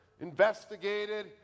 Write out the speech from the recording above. investigated